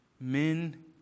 Men